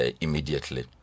immediately